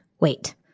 Wait